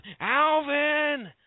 alvin